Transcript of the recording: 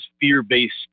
fear-based